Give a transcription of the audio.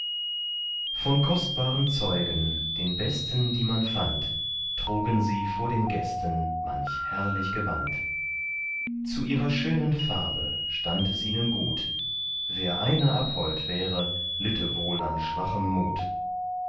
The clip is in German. von kostbaren zeugen den besten die man fand trugen sie vor den gästen manch herrlich gewand zu ihrer schönen farbe stand es ihnen gut wer einer abhold wäre litte wohl an schwachem mut